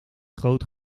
groot